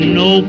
no